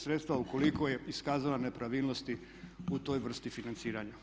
Sredstva ukoliko je iskazala nepravilnosti u toj vrsti financiranja.